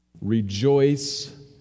Rejoice